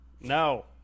No